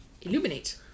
Illuminate